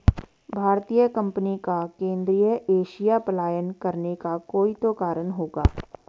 भारतीय कंपनी का केंद्रीय एशिया पलायन करने का कोई तो कारण होगा